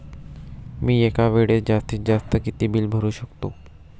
मी एका वेळेस जास्तीत जास्त किती बिल भरू शकतो?